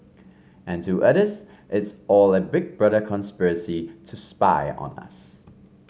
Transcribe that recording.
and to others it's all a big brother conspiracy to spy on us